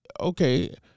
okay